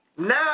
now